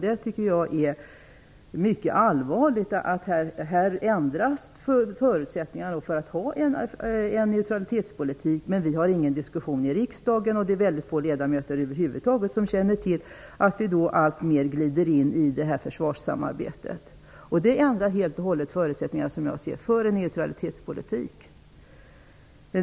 Det är mycket allvarligt att förutsättningarna ändras för en neutralitetspolitik utan att någon diskussion förts i riksdagen. Det är över huvud taget väldigt få ledamöter som känner till att vi alltmer glider in i detta försvarssamarbete. Som jag ser det ändrar detta helt och hållet förutsättningarna för en neutralitetspolitik.